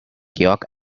georg